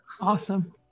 awesome